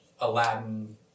Aladdin